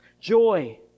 Joy